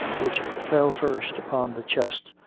which fell first upon the chest,